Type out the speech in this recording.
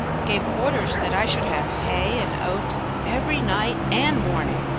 gave orders that i should have hay and oats every night and morning,